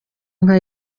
nka